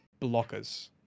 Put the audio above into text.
blockers